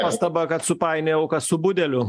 pastaba kad supainiojau su budeliu